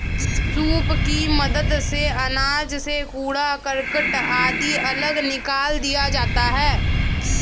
soup की मदद से अनाज से कूड़ा करकट आदि अलग निकाल दिया जाता है